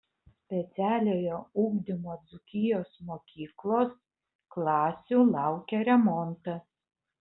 specialiojo ugdymo dzūkijos mokyklos klasių laukia remontas